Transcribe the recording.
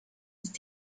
ist